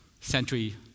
century